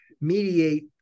mediate